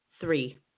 Three